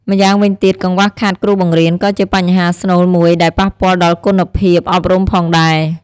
ម្យ៉ាងវិញទៀតកង្វះខាតគ្រូបង្រៀន ក៏ជាបញ្ហាស្នូលមួយដែលប៉ះពាល់ដល់គុណភាពអប់រំផងដែរ។